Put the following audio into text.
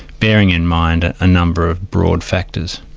bearing in mind a number of broad factors.